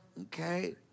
okay